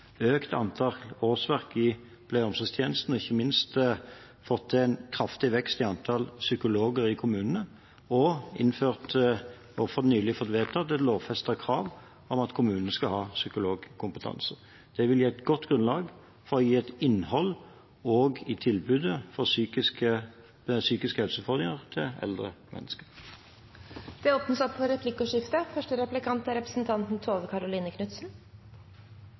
økt antall årsverk i pleie- og omsorgstjenestene, ikke minst fått til en kraftig vekst i antall psykologer i kommunene, og innført og nylig fått vedtatt et lovfestet krav om at kommunene skal ha psykologkompetanse. Det vil gi et godt grunnlag for å gi et innhold også i tilbudet til psykisk helse for eldre mennesker. Det blir replikkordskifte. Vi hører ganske ofte at når Arbeiderpartiet er